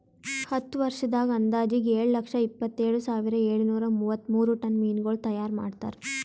ಹತ್ತು ವರ್ಷದಾಗ್ ಅಂದಾಜಿಗೆ ಏಳು ಲಕ್ಷ ಎಪ್ಪತ್ತೇಳು ಸಾವಿರದ ಏಳು ನೂರಾ ಮೂವತ್ಮೂರು ಟನ್ ಮೀನಗೊಳ್ ತೈಯಾರ್ ಮಾಡ್ತಾರ